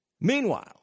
Meanwhile